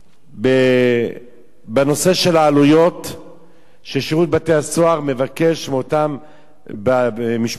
על הנושא של העלויות ששירות בתי-הסוהר מבקש מאותן משפחות